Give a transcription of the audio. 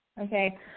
Okay